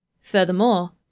Furthermore